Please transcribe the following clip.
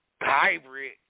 Hybrid